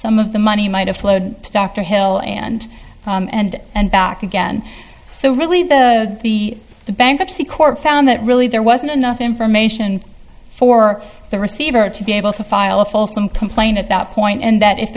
some of the money might have flowed to dr hill and and and back again so really the bankruptcy court found that really there wasn't enough information for the receiver to be able to file a false complaint at that point and that if